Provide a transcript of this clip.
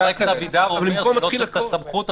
חבר הכנסת אבידר אומר שלא צריך את הסמכות הזאת.